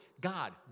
God